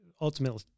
ultimately